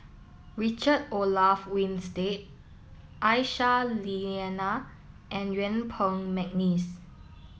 Richard Olaf Winstedt Aisyah Lyana and Yuen Peng McNeice